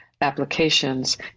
applications